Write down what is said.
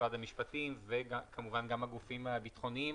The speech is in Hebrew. משרד המשפטים וכמובן גם הגופים הביטחוניים,